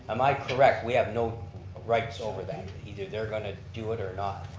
am i correct, we have no rights over that? either they're going to do it or not.